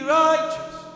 righteous